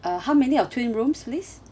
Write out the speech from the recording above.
uh how many of twin rooms please